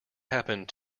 happened